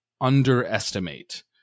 underestimate